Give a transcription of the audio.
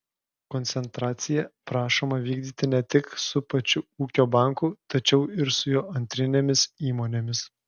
koncentracija prašoma vykdyti ne tik su pačiu ūkio banku tačiau ir su jo antrinėmis įmonėmis